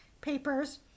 papers